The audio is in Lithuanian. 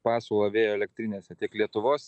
pasiūlą vėjo elektrinėse tiek lietuvos